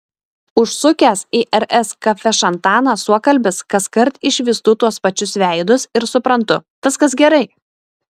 užsukęs į rs kafešantaną suokalbis kaskart išvystu tuos pačius veidus ir suprantu viskas gerai